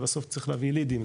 בסוף צריך להביא לידים,